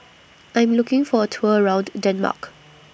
I'm looking For A Tour around Denmark